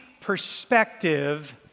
perspective